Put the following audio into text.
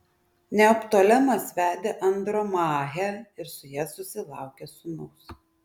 neoptolemas vedė andromachę ir su ja susilaukė sūnaus